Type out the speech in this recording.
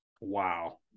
Wow